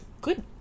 Good